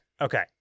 Okay